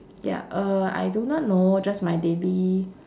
ya uh I do not know just my daily